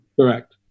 Correct